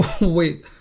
wait